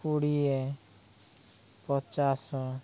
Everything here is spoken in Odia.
କୋଡ଼ିଏ ପଚାଶ